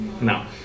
no